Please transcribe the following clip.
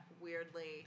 weirdly